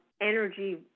energy